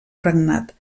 regnat